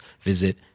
visit